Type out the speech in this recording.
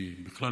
אני בכלל